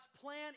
plan